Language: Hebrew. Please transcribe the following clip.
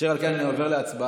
אשר על כן אני עובר להצבעה.